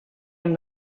amb